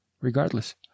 regardless